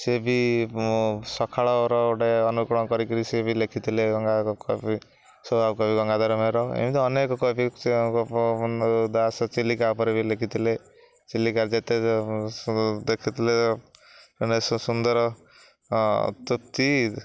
ସିଏ ବି ସଖାଳର ଗୋଟେ ଅନୁକରଣ କରିକିରି ସିଏ ବି ଲେଖିଥିଲେ ଗଙ୍ଗାଧର କବି ସ୍ୱଊାବ କବି ଗଙ୍ଗାଧର ମେହେର ଏମିତି ଅନେକ କବି ଦାସ ଚିଲିକା ଉପରେ ବି ଲେଖିଥିଲେ ଚିଲିକା ଯେତେ ଦେଖିଥିଲେ ସୁନ୍ଦର ତୃପ୍ତି